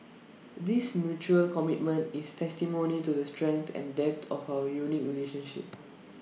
this mutual commitment is testimony to the strength and depth of our unique relationship